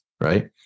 right